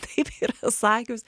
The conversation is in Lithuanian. taip yra sakius